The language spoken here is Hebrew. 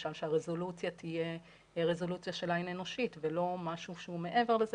למשל שהרזולוציה תהיה רזולוציה של עין אנושית ולא משהו שהוא מעבר לזה,